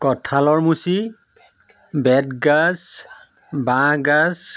কঁঠালৰ মুচি বেতগাজ বাঁহগাজ